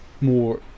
more